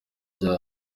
ryabo